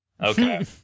Okay